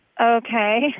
Okay